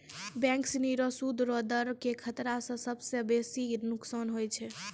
bank सिनी रो सूद रो दर के खतरा स सबसं बेसी नोकसान होय छै